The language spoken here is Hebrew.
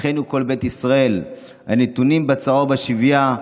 "אחינו כל בית ישראל הנתונים בצרה ובשביה,